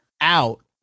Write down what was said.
out